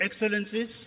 excellencies